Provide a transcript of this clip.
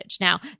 now